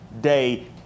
day